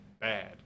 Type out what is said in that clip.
bad